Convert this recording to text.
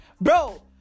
Bro